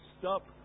stop